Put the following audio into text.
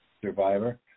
survivor